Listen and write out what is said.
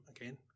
again